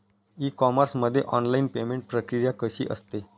E commerce मध्ये online payment प्रक्रिया कशी असते?